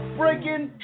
breaking